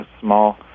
small